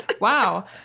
Wow